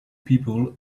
people